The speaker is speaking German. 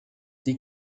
die